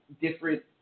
different